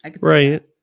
Right